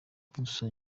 gusa